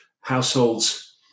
households